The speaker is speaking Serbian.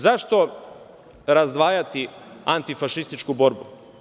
Zašto razdvajati antifašističku borbu?